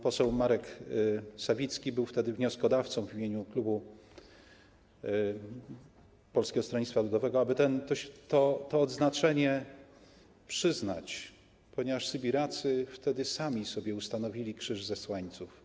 Pan poseł Marek Sawicki był wtedy wnioskodawcą w imieniu klubu Polskiego Stronnictwa Ludowego, aby to odznaczenie przyznać, ponieważ sybiracy wtedy sami sobie ustanowili krzyż zesłańców.